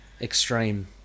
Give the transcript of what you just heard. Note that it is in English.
extreme